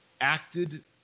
acted